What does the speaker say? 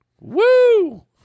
Woo